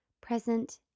present